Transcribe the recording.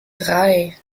drei